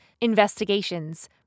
investigations